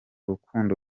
rukundo